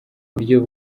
buryo